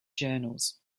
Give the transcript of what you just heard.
journals